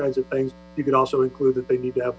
kinds of things you can also include that they need to have